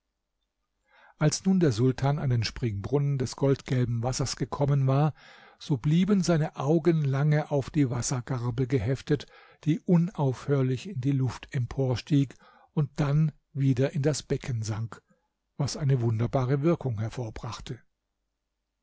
als nun der sultan an den springbrunnen des goldgelben wassers gekommen war so blieben seine augen lange auf die wassergarbe geheftet die unaufhörlich in die luft emporstieg und dann wieder in das becken sank was eine wunderbare wirkung hervorbrachte